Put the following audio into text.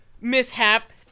mishap